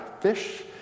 fish